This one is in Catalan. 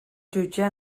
jutjar